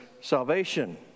salvation